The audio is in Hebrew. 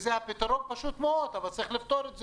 והפתרון הוא פשוט מאוד אבל צריך לפתור את זה.